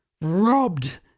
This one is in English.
Robbed